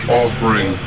offering